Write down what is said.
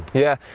yeah,